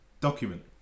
document